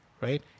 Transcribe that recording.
right